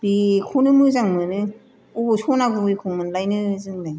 बेखौनो मोजां मोनो बबाव सना गुबैखौ मोनलायनो जोंलाय